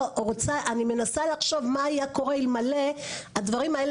אני מנסה לחשוב מה היה קורה אלמלא הדברים האלה